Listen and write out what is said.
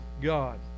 God